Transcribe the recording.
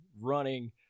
running